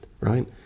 right